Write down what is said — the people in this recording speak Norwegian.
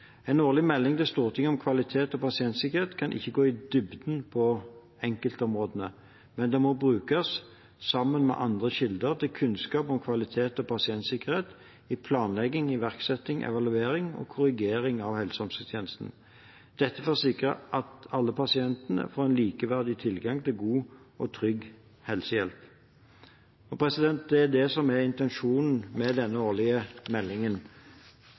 En årlig melding til Stortinget om kvalitet og pasientsikkerhet kan ikke gå i dybden på enkeltområdene, men den må brukes, sammen med andre kilder, til kunnskap om kvalitet og pasientsikkerhet i planlegging, iverksetting, evaluering og korrigering av helse- og omsorgstjenesten, dette for å sikre at alle pasientene får en likeverdig tilgang til god og trygg helsehjelp. Det er det som er intensjonen med denne årlige meldingen.